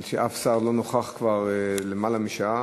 ואף שר לא נוכח כבר למעלה משעה,